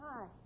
Hi